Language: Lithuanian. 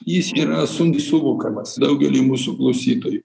jis yra sunkiai suvokiamas daugeliui mūsų klausytojų